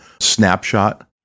snapshot